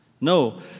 No